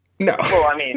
No